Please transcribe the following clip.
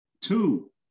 Two